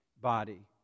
body